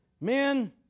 Men